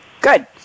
Good